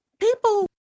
people